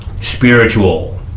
spiritual